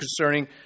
concerning